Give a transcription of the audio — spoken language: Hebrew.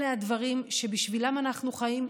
אלה הדברים שבשבילם אנחנו חיים.